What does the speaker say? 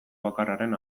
bakarraren